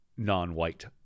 Non-white